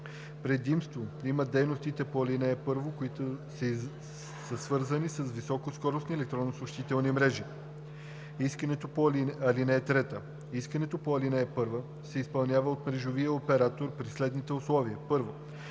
Предимство имат дейностите по ал. 1, които са свързани с високоскоростни електронни съобщителни мрежи. (3) Искането по ал. 1 се изпълнява от мрежовия оператор при следните условия: